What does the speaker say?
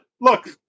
look